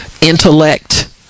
intellect